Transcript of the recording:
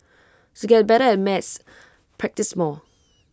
to get better at maths practise more